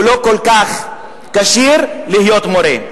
הוא לא כל כך כשיר להיות מורה.